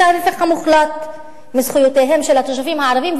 ההיפך המוחלט מזכויותיהם של התושבים הערבים,